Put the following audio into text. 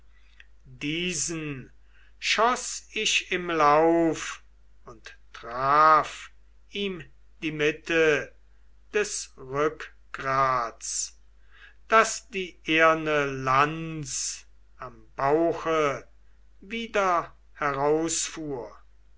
diesen schoß ich im lauf und traf ihm die mitte des rückgrats daß die eherne lanz am bauche wieder herausfuhr